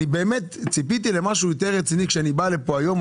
אני באמת ציפיתי למשהו יותר רציני כשאני בא לפה היום.